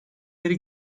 beri